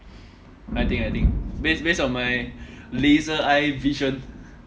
I think I think based based on my laser eye vision